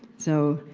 so,